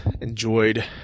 enjoyed